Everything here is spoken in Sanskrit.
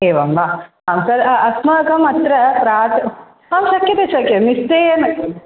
एवं वा सर् अस्माकम् अत्र प्रातः आं शक्यते शक्यं निश्चयेन